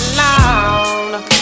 long